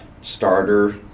starter